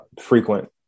frequent